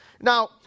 Now